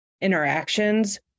interactions